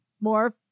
more